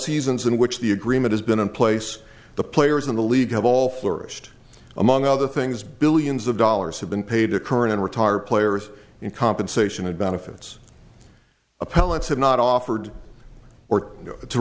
seasons in which the agreement has been in place the players in the league have all flourished among other things billions of dollars have been paid to current and retired players in compensation and benefits appellants had not offered